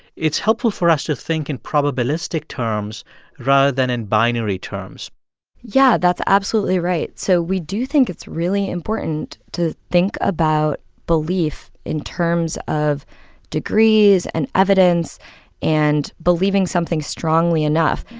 it's helpful for us to think in probabilistic terms rather than in binary terms yeah, that's absolutely right. so we do think it's really important to think about belief in terms of degrees and evidence and believing something strongly enough.